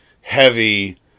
heavy